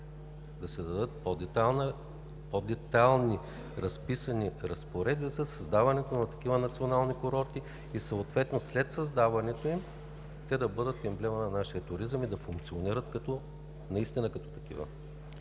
да се дадат по-детайлно разписани разпоредби със създаването на такива национални курорти и съответно след създаването им те да бъдат емблема на нашия туризъм и да функционират наистина като такива.